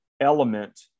element